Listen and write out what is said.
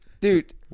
Dude